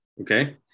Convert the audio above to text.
Okay